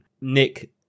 Nick